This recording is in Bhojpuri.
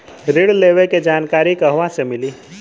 ऋण लेवे के जानकारी कहवा से मिली?